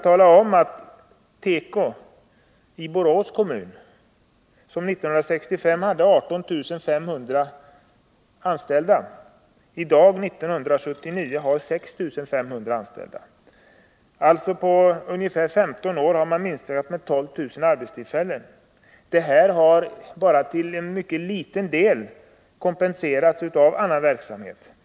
Tekoindustrin i Borås kommun hade 18 500 anställda år 1965. I dag har den 6 500. På ungefär 15 år har alltså 12 000 arbetstillfällen gått förlorade, och bara en mycket liten del av dem har kompenserats av annan verksamhet.